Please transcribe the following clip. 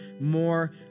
more